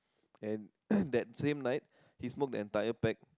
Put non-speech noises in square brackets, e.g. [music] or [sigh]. and [coughs] that same night he smoke the entire pack